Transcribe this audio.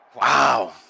Wow